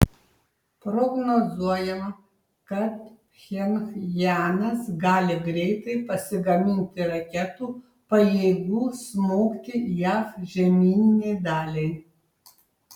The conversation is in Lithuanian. prognozuojama kad pchenjanas gali greitai pasigaminti raketų pajėgių smogti jav žemyninei daliai